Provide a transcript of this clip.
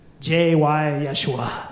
j-y-yeshua